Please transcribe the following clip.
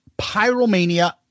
Pyromania